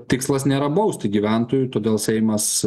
tikslas nėra bausti gyventojų todėl seimas